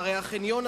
הרי העירייה